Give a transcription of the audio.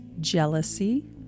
jealousy